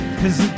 cause